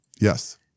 yes